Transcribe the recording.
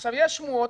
עכשיו יש שמועות,